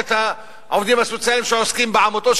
את העובדים הסוציאליים שעוסקים בעמותות,